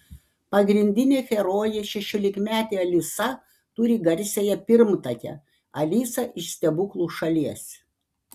pagrindinė herojė šešiolikmetė alisa turi garsiąją pirmtakę alisą iš stebuklų šalies